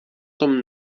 tom